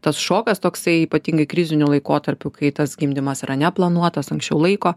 tas šokas toksai ypatingai kriziniu laikotarpiu kai tas gimdymas yra neplanuotas anksčiau laiko